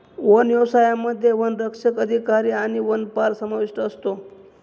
one व्यवसायामध्ये वनसंरक्षक अधिकारी आणि वनपाल समाविष्ट असतो